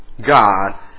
God